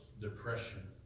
depression